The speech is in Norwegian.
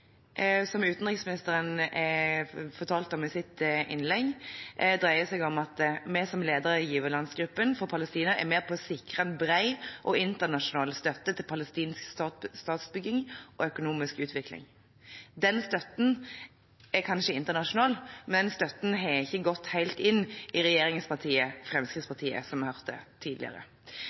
som utenriksministeren fortalte om i sitt innlegg, dreier seg om at vi som ledere i giverlandsgruppen for Palestina er med på å sikre bred internasjonal støtte til palestinsk statsbygging og økonomisk utvikling. Den støtten er kanskje internasjonal, men støtten har ikke gått helt inn i regjeringspartiet Fremskrittspartiet, som vi hørte tidligere. Nå er det